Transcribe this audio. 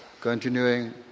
Continuing